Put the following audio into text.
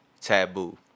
taboo